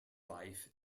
life